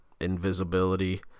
invisibility